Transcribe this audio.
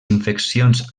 infeccions